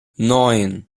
neun